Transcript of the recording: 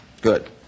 Good